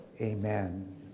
Amen